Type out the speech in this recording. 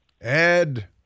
Ed